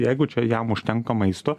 jeigu čia jam užtenka maisto